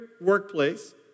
workplace